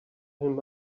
him